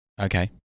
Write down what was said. Okay